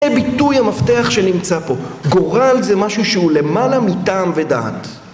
זה ביטוי המפתח שנמצא פה. גורל זה משהו שהוא למעלה מטעם ודעת.